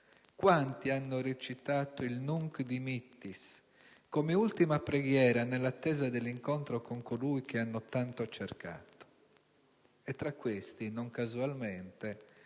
Quanti hanno recitato il «*Nunc dimittis*» come ultima preghiera nell'attesa dell'incontro con Colui che hanno tanto cercato? Tra questi, non casualmente,